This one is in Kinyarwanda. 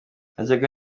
najyaga